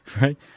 Right